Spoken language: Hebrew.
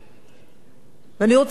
ואני רוצה לקנות ספר טוב.